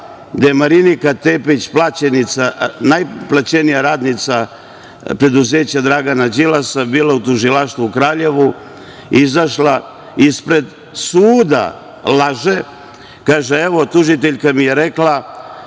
da je Marinika Tepić najplaćenija radnica preduzeća Dragana Đilasa, bila u tužilaštvu u Kraljevu, izašla ispred suda laže i kaže – evo, tužiteljka mi je rekla